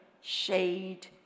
shade